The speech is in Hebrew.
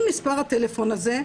עם מספר הטלפון הזה,